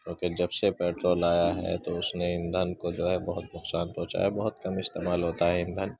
کیونکہ جب سے پیٹرول آیا ہے تو اس نے ایندھن کو جو ہے بہت نقصان پہنچایا ہے بہت کم استعمال ہوتا ہے ایندھن